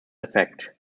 effect